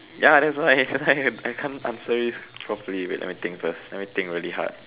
ya that's why that's why I can't answer this properly wait let me think first let me think very hard